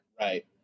Right